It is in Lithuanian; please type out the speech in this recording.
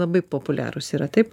labai populiarūs yra taip